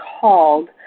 called